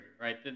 right